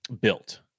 built